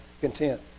content